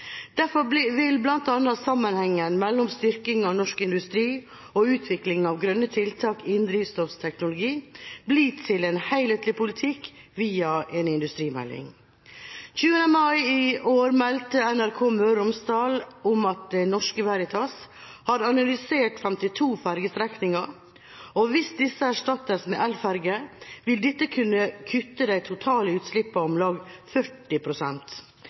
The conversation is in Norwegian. Derfor vil bl.a. sammenhengen mellom styrking av norsk industri og utvikling av grønne tiltak innen drivstoffteknologi bli til en helhetlig politikk via en industrimelding. Den 20. mai i år meldte NRK Møre og Romsdal om at Det Norske Veritas har analysert 52 fergestrekninger, og hvis disse erstattes med elferger, vil dette kunne kutte de totale utslippene med om lag